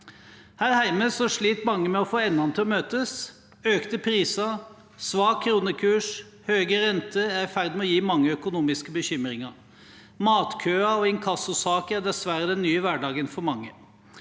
Her hjemme sliter mange med å få endene til å møtes. Økte priser, svak kronekurs og høye renter er i ferd med å gi mange økonomiske bekymringer. Matkøer og inkassosaker er dessverre den nye hverdagen for mange.